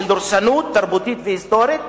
של דורסנות תרבותית והיסטורית.